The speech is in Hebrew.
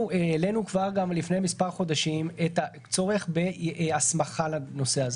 אנחנו העלינו כבר לפני מספר חודשים את הצורך בהסמכה לנושא הזה.